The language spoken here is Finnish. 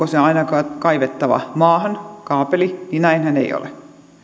se kaapeli aina kaivettava maahan niin näinhän ei ole